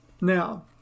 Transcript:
Now